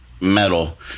metal